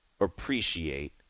appreciate